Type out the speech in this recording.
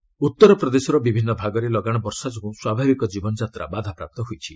ରେନ୍ସ ଉତ୍ତର ପ୍ରଦେଶର ବିଭିନ୍ନ ଭାଗରେ ଲଗାଣ ବର୍ଷା ଯୋଗୁଁ ସ୍ୱାଭାବିକ ଜୀବନଯାତ୍ରା ବାଧାପ୍ରାପ୍ତ ହୋଇଛି